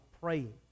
praying